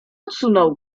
odsunął